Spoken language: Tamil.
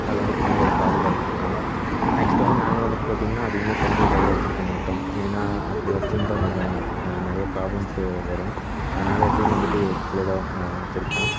அது வந்து குழந்தையோட பாதுகாப்புக்கு தான் நெக்ஸ்ட் வந்து நாங்கள் வந்துட்டு பார்த்திங்னா அதிகமாக குழந்தைய கையில் வெச்சுருக்க மாட்டோம் ஏனால் அப்படி வெச்சிருந்தால் கொஞ்சம் நிறைய ப்ராப்ளம்ஸு வரும் அதனாலே எப்போயும் வந்துட்டு கீழே தான் வெச்சுருப்போம்